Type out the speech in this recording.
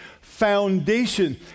foundation